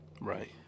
right